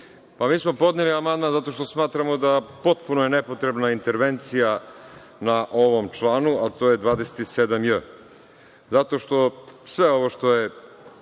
Mi smo podneli amandman zato što smatramo da je potpuno nepotrebna intervencija na ovom članu, a to je 27j. Zato što sve ovo što je